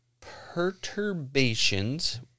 perturbations